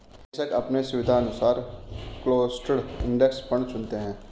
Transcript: निवेशक अपने सुविधानुसार क्लोस्ड इंडेड फंड चुनते है